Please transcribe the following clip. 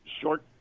Short